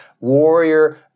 warrior